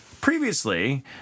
Previously